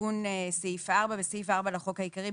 תיקון סעיף 4. בסעיף 4 לחוק העיקרי,